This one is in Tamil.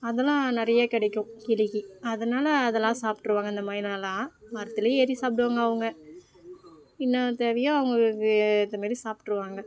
அதெல்லாம் நிறையா கிடைக்கும் கிளிக்கு அதனால் அதெல்லாம் சாப்பிட்ருவாங்க அந்த மைனாலாம் மரத்திலியே ஏறி சாப்பிடுவாங்க அவங்க என்ன தேவையோ அவங்களுக்கு ஏத்தமாரி சாப்பிட்ருவாங்க